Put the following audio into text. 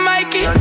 Mikey